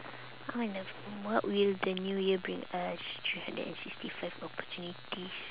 what will the new year bring us three hundred and sixty five opportunities